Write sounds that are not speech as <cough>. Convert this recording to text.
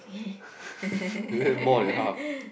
<breath> like that more that half